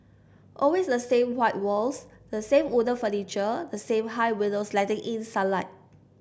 always the same white walls the same wooden furniture the same high windows letting in sunlight